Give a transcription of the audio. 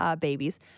babies